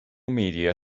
media